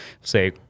say